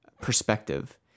perspective